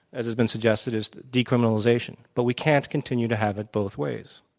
as has been suggested, is decriminalization. but we can't continue to have it both ways.